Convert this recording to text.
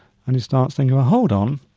and he starts thinking, hold on,